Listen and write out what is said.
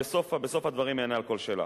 בסוף הדברים אענה על כל שאלה.